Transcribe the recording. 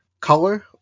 color